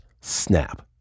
snap